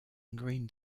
green